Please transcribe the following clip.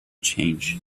change